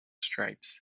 stripes